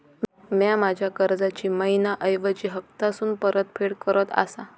म्या माझ्या कर्जाची मैहिना ऐवजी हप्तासून परतफेड करत आसा